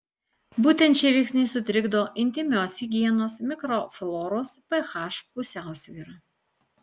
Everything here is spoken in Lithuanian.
būtent šie veiksniai sutrikdo intymios higienos mikrofloros ph pusiausvyrą